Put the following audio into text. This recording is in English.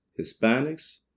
Hispanics